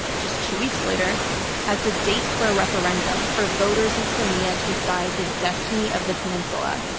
just two weeks later as a date for a referendum for voters in crimea to decide the destiny of the peninsula.